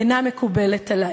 אינה מקובלת עלי.